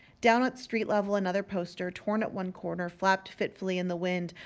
down at street level another poster, torn at one corner, flapped fitfully in the wind,